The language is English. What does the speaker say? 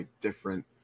different